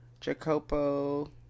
Jacopo